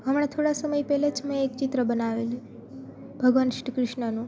હમણાં થોડા સમય પહેલા જ મેં એક ચિત્ર બનાવેલું ભગવાન શ્રી કૃષ્ણનું